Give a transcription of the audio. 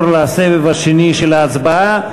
לסבב השני של ההצבעה.